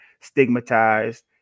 stigmatized